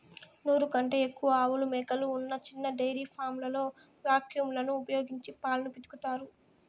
నూరు కంటే ఎక్కువ ఆవులు, మేకలు ఉన్న చిన్న డెయిరీ ఫామ్లలో వాక్యూమ్ లను ఉపయోగించి పాలను పితుకుతారు